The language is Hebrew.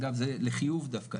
אגב זה לחיוב דווקא,